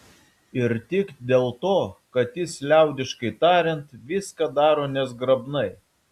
ir tik dėl to kad jis liaudiškai tariant viską daro nezgrabnai